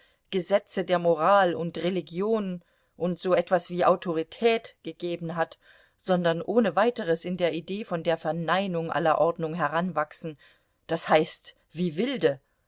gesetze der moral und religion und so etwas wie autorität gegeben hat sondern ohne weiteres in der idee von der verneinung aller ordnung heranwachsen das heißt wie wilde